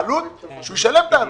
העלות שהוא ישלם את העלות,